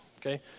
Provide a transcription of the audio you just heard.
Okay